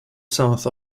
south